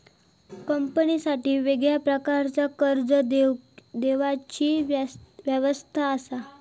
कंपनीसाठी वेगळ्या प्रकारचा कर्ज देवची व्यवस्था असा